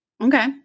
Okay